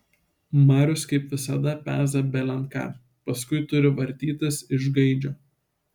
marius kaip visada peza belen ką paskui turi vartytis iš gaidžio